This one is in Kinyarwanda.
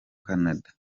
canada